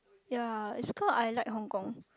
ya it's because I like Hong-Kong